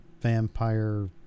vampire